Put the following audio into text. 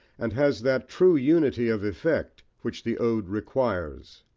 and has that true unity of effect which the ode requires.